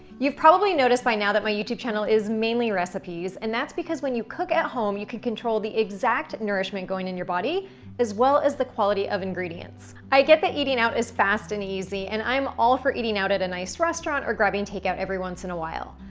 you've probably noticed by now that my youtube channel is mainly recipes, and that's because when you cook at home, you can control the exact nourishment going in your body as well as the quality of ingredients. i get that eating out is fast and easy, and i'm all for eating out at a nice restaurant or grabbing takeout every once in a while.